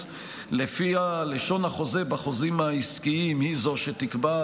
שלפיה לשון החוזה בחוזים העסקיים היא זו שתקבע.